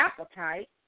appetite